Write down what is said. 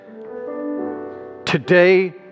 Today